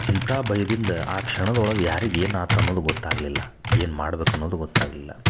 ಇಂಥ ಭಯದಿಂದ ಆ ಕ್ಷಣದೊಳಗೆ ಯಾರಿಗೆ ಏನು ಆತು ಅನ್ನುದು ಗೊತ್ತು ಆಗಲಿಲ್ಲ ಏನು ಮಾಡ್ಬೇಕು ಅನ್ನೋದು ಗೊತ್ತು ಆಗಲಿಲ್ಲ